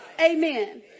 Amen